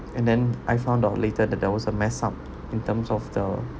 and then I found out later that there was a mess up in terms of the